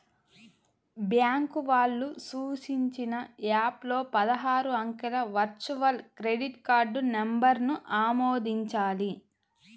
bank వాళ్ళు సూచించిన app లో పదహారు అంకెల వర్చువల్ క్రెడిట్ కార్డ్ నంబర్ను ఆమోదించాలి